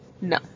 No